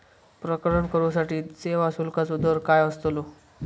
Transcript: प्रकरण करूसाठी सेवा शुल्काचो दर काय अस्तलो?